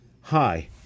hi